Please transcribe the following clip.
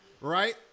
Right